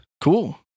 Cool